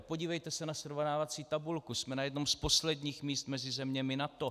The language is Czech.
Podívejte se na srovnávací tabulku, jsme na jednom z posledních míst mezi zeměmi NATO.